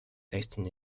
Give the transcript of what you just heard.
testing